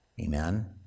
Amen